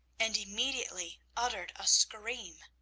and immediately uttered a scream.